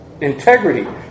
Integrity